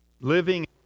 Living